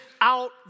out